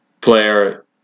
player